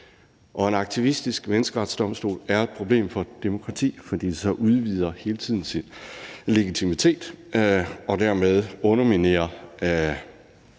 En aktivistisk menneskerettighedsdomstol er et problem for et demokrati, for så udvider den hele tiden sin legitimitet, og dermed underminerer den